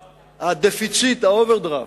הדפיציט, האוברדרפט,